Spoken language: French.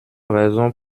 raison